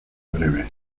breve